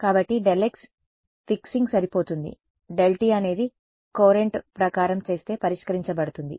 కాబట్టి Δx fixing సరిపోతుంది Δt అనేది కొరెంట్ ప్రకారం చేస్తే పరిష్కరించబడుతుంది